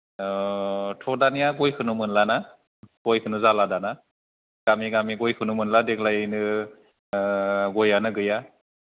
थ' दानिया गयखौनो मोनला ना गयखौनो जाला दाना गामि गामि गयखौनो मोनला देग्लायनो गयानो गैया